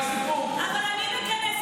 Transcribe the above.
רגע, מה, למה אתה אומר שאתם לא יכולים?